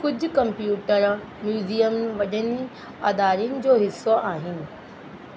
कुझु computer museum वड॒नि अदारनि जो हिसो आहिनि